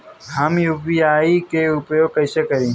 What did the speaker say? हम यू.पी.आई के उपयोग कइसे करी?